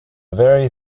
very